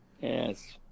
yes